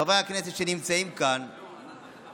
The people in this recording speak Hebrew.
חברי הכנסת שנמצאים כאן מהאופוזיציה,